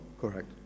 Correct